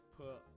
put